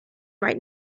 right